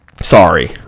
sorry